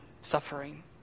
suffering